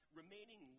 remaining